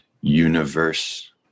universe